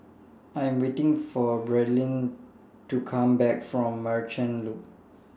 I Am waiting For Bradyn to Come Back from Merchant Loop